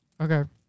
Okay